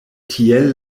tiel